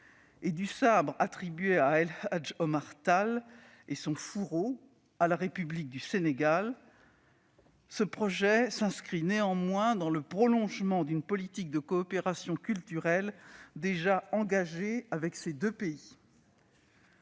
que du sabre attribué à El Hadj Omar Tall et de son fourreau à la République du Sénégal, s'inscrit néanmoins dans le prolongement d'une politique de coopération culturelle déjà engagée avec ces deux pays.